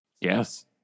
yes